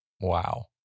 Wow